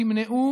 תמנעו